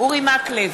אורי מקלב,